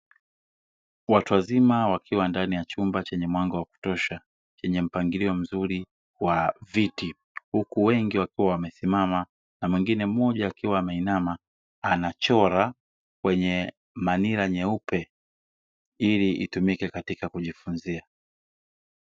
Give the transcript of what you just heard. Watu wazima wakiwa ndani ya chumba chenye mwanga wa kutosha chenye mpangilio mzuri wa viti huku wengi wakiwa wamesimama na mwingine mmoja akiwa ameinama anachora kwenye manila nyeupe ili itumike katika kujifunza.